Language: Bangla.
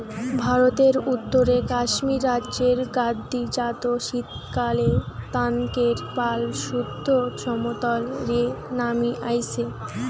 ভারতের উত্তরে কাশ্মীর রাজ্যের গাদ্দি জাত শীতকালএ তানকের পাল সুদ্ধ সমতল রে নামি আইসে